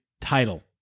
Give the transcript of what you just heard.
title